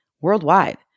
worldwide